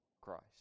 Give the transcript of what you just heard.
Christ